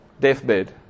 deathbed